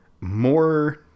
more